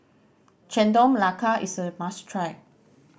Chendol Melaka is a must try